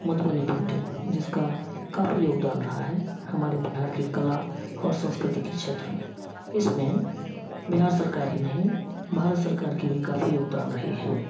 Madhubani painting जिसका काफी योगदान रहा है हमारे बिहार की कला और संस्कृति की क्षेत्र में इसमें बिहार सरकार ही नहीं भारत सरकार की भी काफी योगदान रही है